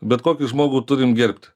bet kokį žmogų turim gerbt